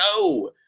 no